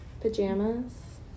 Pajamas